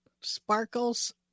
sparkles